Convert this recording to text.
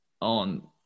On